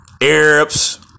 Arabs